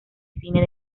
cine